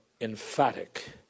emphatic